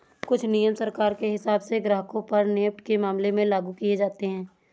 कुछ नियम सरकार के हिसाब से ग्राहकों पर नेफ्ट के मामले में लागू किये जाते हैं